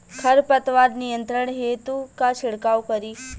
खर पतवार नियंत्रण हेतु का छिड़काव करी?